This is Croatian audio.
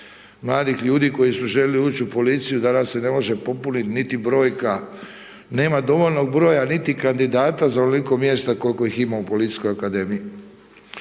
mladih ljudi koji su željeli ući u policiju, danas se me može popuniti niti brojka, nema dovoljno broja niti kandidata za onoliko mjesta koliko ima u Policijskoj akademiji.